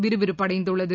விறுவிறுப்படைந்துள்ளது